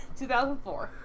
2004